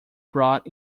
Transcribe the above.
brought